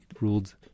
ruled